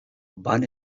van